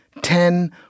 ten